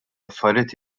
affarijiet